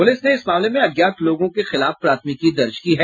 police ने इस मामले में अज्ञात लोगों के खिलाफ प्राथमिकी दर्ज की है